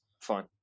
Fine